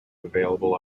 available